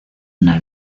una